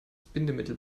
bindemittel